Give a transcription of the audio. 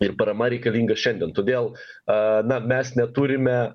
ir parama reikalinga šiandien todėl a na mes neturime